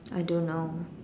I don't know